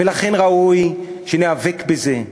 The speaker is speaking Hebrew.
ולכן ראוי שניאבק בזה.